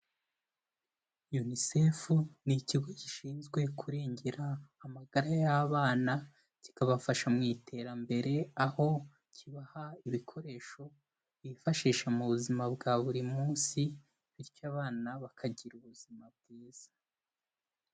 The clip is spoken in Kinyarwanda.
UNICEF n'ikigo gishinzwe kurengera amagara y'abana kikabafasha mu iterambere, aho kibaha ibikoresho bifashisha mu buzima bwa buri munsi bityo abana bakagira ubuzima bwiza.